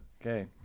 okay